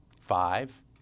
Five